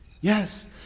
Yes